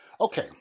Okay